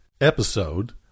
episode